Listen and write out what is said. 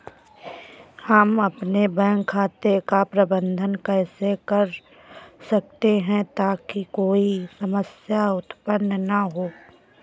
हम अपने बैंक खाते का प्रबंधन कैसे कर सकते हैं ताकि कोई समस्या उत्पन्न न हो?